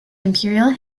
imperial